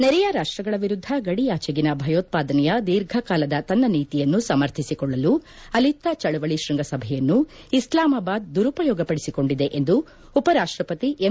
ನೆರೆಯ ರಾಷ್ಟಗಳ ವಿರುದ್ದ ಗಡಿಯಾಚೆಗಿನ ಭಯೋತ್ವಾದನೆಯ ದೀರ್ಘಕಾಲದ ತನ್ನ ನೀತಿಯನ್ನು ಸಮರ್ಥಿಸಿಕೊಳ್ಳಲು ಅಲಿಪ್ತ ಚಳವಳಿ ಶೃಂಗಸಭೆಯನ್ನು ಇಸ್ಲಾಮಾಬಾದ್ ದುರುಪಯೋಗಪಡಿಸಿಕೊಂಡಿದೆ ಎಂದು ಉಪರಾಷ್ಟಪತಿ ಎಂ